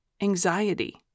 anxiety